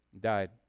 Died